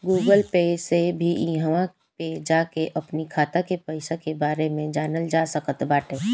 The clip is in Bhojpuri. गूगल पे से भी इहवा पे जाके अपनी खाता के पईसा के बारे में जानल जा सकट बाटे